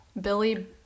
Billy